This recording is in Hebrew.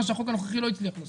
מה שהחוק הנוכחי לא הצליח לעשות.